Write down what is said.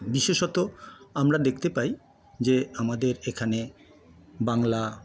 বিশেষত আমরা দেখতে পাই যে আমাদের এখানে বাংলা